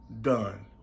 done